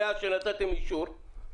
מאז שנתתם אישור,